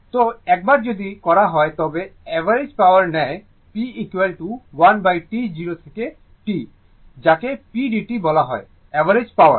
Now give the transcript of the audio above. তো একবার যদি করা হয় তবে অ্যাভারেজ পাওয়ার নেয় p 1T 0 থেকে T যাকে p dt বলা হয় অ্যাভারেজ পাওয়ার